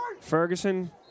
Ferguson